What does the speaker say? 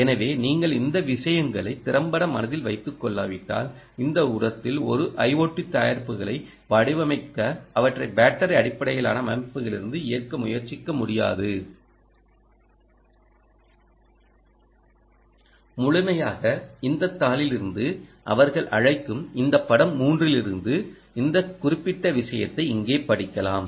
எனவே நீங்கள் இந்த விஷயங்களை திறம்பட மனதில் வைத்துக் கொள்ளாவிட்டால் இந்த இடத்தில் ஒரு IoT தயாரிப்புகளை வடிவமைக்க அவற்றை பேட்டரி அடிப்படையிலான அமைப்புகளிலிருந்து இயக்க முயற்சிக்க முடியாது முழுமைக்காக இந்த தாளில் இருந்து அவர்கள் அழைக்கும் இந்த படம் 3 இலிருந்து இந்த குறிப்பிட்ட விஷயத்தை இங்கே படிக்கலாம்